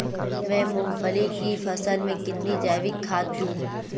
मैं मूंगफली की फसल में कितनी जैविक खाद दूं?